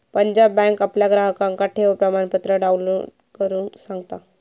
Punjab bank आपल्या ग्राहकांका ठेव प्रमाणपत्र डाउनलोड करुक सांगता